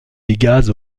dégâts